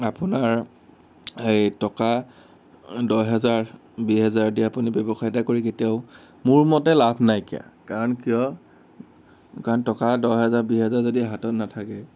আপোনাৰ এই টকা দহহেজাৰ বিছ হেজাৰ দি আপুনি ব্যৱসায় এটা কৰি কেতিয়াও মোৰ মতে লাভ নাইকীয়া কাৰণ কিয় কাৰণ টকা দচহেজাৰ বিছ হেজাৰ যদি হাতত নাথাকে